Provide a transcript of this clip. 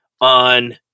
on